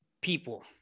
people